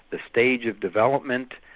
the stage of development,